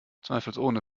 zweifelsohne